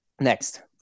next